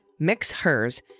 MixHers